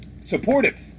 Supportive